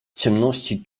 ciemności